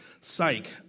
Psych